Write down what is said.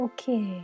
Okay